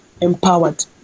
empowered